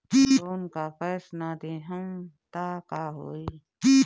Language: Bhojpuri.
लोन का पैस न देहम त का होई?